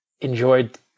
enjoyed